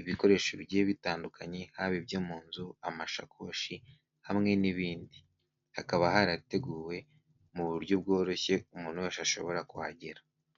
ibikoresho bigiye bitandukanye haba ibyo mu nzu, amashakoshi, hamwe n'ibindi, hakaba harateguwe muburyo bworoshye umuntu wese ashobora kuhagera.